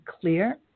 clear